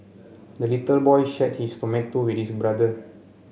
the little boy shared his tomato with his brother